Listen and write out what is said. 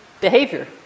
behavior